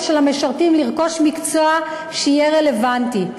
של המשרתים לרכוש מקצוע שיהיה רלוונטי.